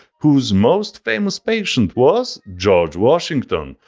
whose most famous patient was george washington,